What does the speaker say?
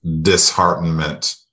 disheartenment